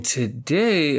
today